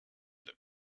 that